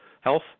Health